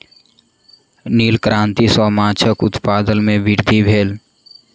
नील क्रांति सॅ माछक उत्पादन में वृद्धि भेल